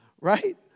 Right